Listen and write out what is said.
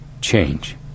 change